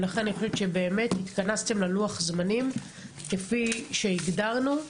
ולכן באמת התכנסתם ללוח הזמנים כפי שהגדרנו.